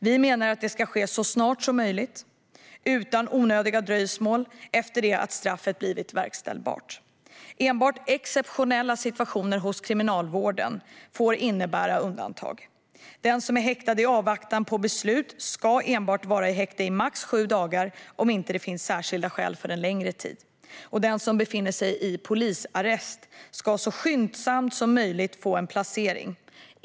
Vi menar att det ska ske så snart som möjligt utan onödiga dröjsmål efter det att straffet blivit verkställbart. Enbart exceptionella situationer hos Kriminalvården får innebära undantag. Den som är häktad i avvaktan på beslut ska vara i häkte max sju dagar om det inte finns särskilda skäl för längre tid. Den som befinner sig i polisarrest ska så skyndsamt som möjligt få en placering.